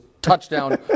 Touchdown